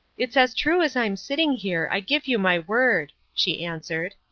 it's as true as i'm sitting here, i give you my word, she answered.